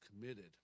committed